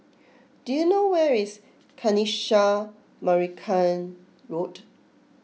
do you know where is Kanisha Marican Road